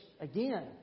Again